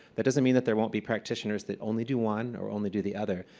that doesn't mean that there won't be practitioners that only do one or only do the other,